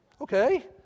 Okay